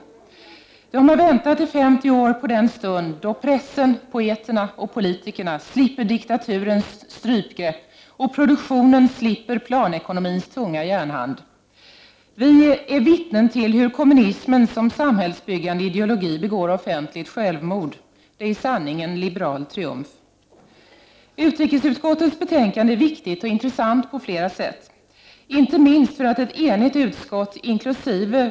Dessa länder har väntat i 50 år på den stund då pressen, poeterna och politikerna slipper diktaturens strypgrepp och produktionen slipper planekonomins tunga järnhand. Vi är vittnen till hur kommunismen som samhällsbyggande ideologi begår offentligt självmord. Det är i sanning en liberal triumf. Utrikesutskottets betänkande är viktigt och intressant på flera sätt. Det gäller inte minst för att ett enigt utskott, inkl.